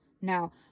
Now